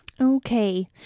Okay